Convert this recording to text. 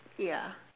ya